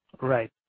right